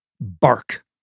Bark